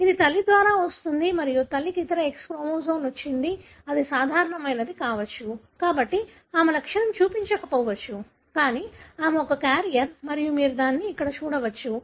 ఇది తల్లి ద్వారా వస్తుంది మరియు తల్లికి ఇతర X క్రోమోజోమ్ వచ్చింది అది సాధారణమైనది కావచ్చు కాబట్టి ఆమె లక్షణం చూపించకపోవచ్చు కానీ ఆమె ఒక క్యారియర్ మరియు మీరు దానిని ఇక్కడ చూడవచ్చు